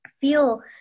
feel